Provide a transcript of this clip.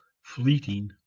fleeting